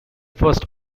first